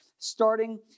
Starting